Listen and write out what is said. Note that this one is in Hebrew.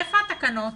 איפה התקנות?